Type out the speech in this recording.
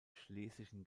schlesischen